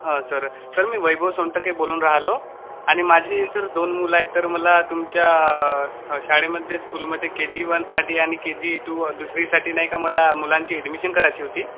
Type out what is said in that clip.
हां sir sir मी वैभव सोनटके बोलून राहिलो आणि माझी सर दोन मुलं आहे तर मला तुमच्या शाळेमध्ये स्कूलमध्ये के जी वनसाठी आणि के जी टू दुसरीसाठी नाही का मला मुलांची एडमिशन करायची होती